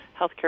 healthcare